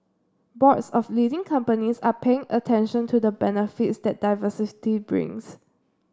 boards of leading companies are paying attention to the benefits that diversity brings